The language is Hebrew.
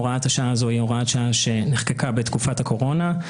הוראת השעה הזאת נחקקה בתקופת הקורונה.